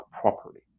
properly